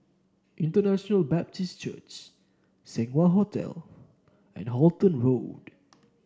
International Baptist Church Seng Wah Hotel and Halton Road